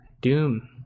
Doom